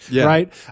Right